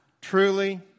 truly